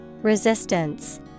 Resistance